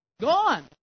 gone